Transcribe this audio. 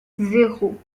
zéro